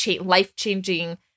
life-changing